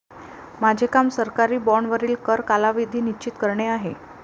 माझे काम सरकारी बाँडवरील कर कालावधी निश्चित करणे आहे